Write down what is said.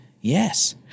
Yes